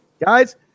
Guys